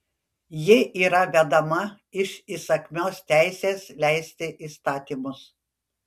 ji yra vedama iš įsakmios teisės leisti įstatymus